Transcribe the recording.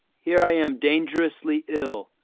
here i am dangerously ill,